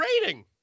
rating